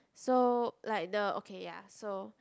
so like the okay ya so